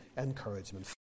encouragement